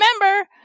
remember